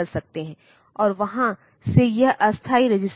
और कण्ट्रोल बस है तो वे सिंक्रनाइज़ेशन